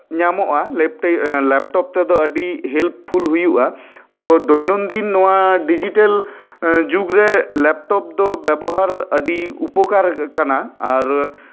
ᱧᱟᱢᱚᱜᱼᱟ ᱞᱮᱯᱴᱚᱯ ᱛᱮᱫᱚ ᱟᱹᱰᱤ ᱦᱮᱞᱯ ᱯᱷᱩᱞ ᱦᱩᱭᱩᱜᱼᱟ ᱛᱳ ᱫᱳᱭᱱᱳᱱᱫᱤᱱ ᱱᱚᱶᱟ ᱰᱤᱡᱤᱴᱮᱞ ᱡᱩᱜᱽ ᱨᱮ ᱞᱮᱯᱴᱚᱯ ᱫᱚ ᱵᱮᱵᱚᱦᱟᱨ ᱟᱹᱰᱤ ᱩᱯᱚᱠᱟᱨ ᱠᱟᱱᱟ ᱟᱨ